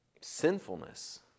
sinfulness